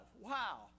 Wow